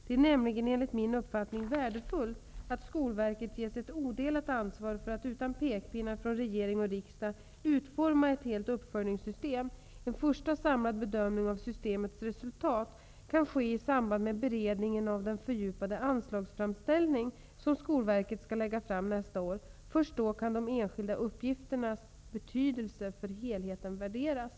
Det är nämligen, enligt min uppfattning, värdefullt att Skolverket ges ett odelat ansvar för att, utan pekpinnar från regering och riksdag, utforma ett helt uppföljningssystem. En första samlad bedömning av systemets resultat kan ske i samband med beredningen av den fördjupade anslagsframställning som Skolverket skall lägga fram nästa år. Först då kan de enskilda uppgifternas betydelse för helheten värderas.